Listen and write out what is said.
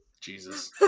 Jesus